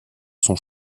sont